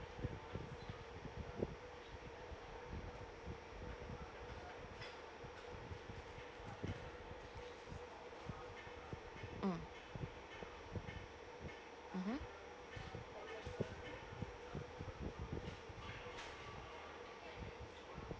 mm mmhmm